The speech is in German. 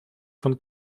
von